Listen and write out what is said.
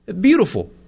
Beautiful